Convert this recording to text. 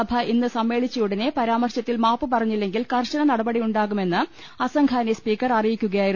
സഭ ഇന്ന് സമ്മേളിച്ചയുടനെ പരാമർശത്തിൽ മാപ്പ് പറഞ്ഞില്ലെങ്കിൽ കർശന നടപടിയുണ്ടാകുമെന്ന് അസംഖാനെ സ്പീക്കർ അറിയിക്കുകയായിരുന്നു